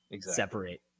separate